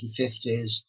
1950s